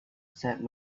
said